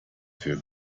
für